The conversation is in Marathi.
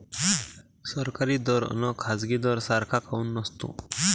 सरकारी दर अन खाजगी दर सारखा काऊन नसतो?